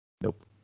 Nope